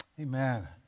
Amen